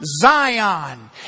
Zion